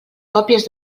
còpies